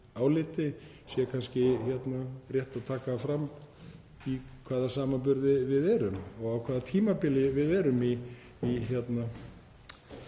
áliti sé kannski rétt að taka fram í hvaða samanburði við erum og á hvaða tímabili við erum í